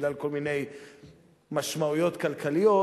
בגלל כל מיני משמעויות כלכליות,